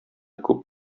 күп